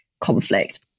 conflict